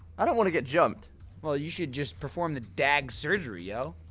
i don't wanna get jumped well you should just perform the dag surgery, yo